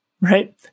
Right